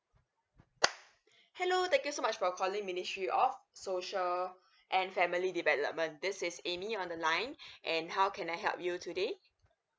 hello thank you so much for calling ministry of social and family development this is amy on the line and how can I help you today